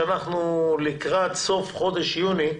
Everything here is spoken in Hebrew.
כשאנחנו לקראת סוף חודש יוני,